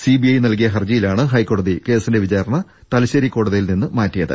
CBI നൽകിയ ഹരജിയിലാണ് ഹൈക്കോടതി കേസിന്റെ വിചാരണ തലശ്ശേരി കോടതിയിൽ നിന്ന് മാറ്റിയ ത്